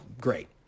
great